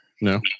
no